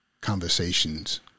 conversations